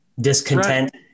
Discontent